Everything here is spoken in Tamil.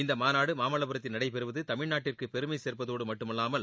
இந்த மாநாடு மாமல்லபுரத்தில் நடைபெறுவது தமிழ்நாட்டிற்கு பெருமை கேர்ப்பதோடு மட்டுமல்லாது